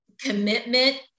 commitment